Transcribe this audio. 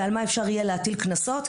ועל מה אפשר יהיה להטיל קנסות,